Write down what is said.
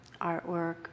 artwork